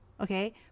okay